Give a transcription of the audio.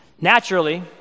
Naturally